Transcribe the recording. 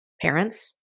parents